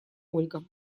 ольга